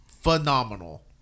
phenomenal